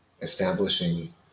establishing